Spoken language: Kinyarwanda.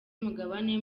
umugabane